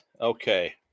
okay